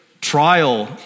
trial